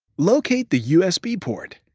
locate the usb port.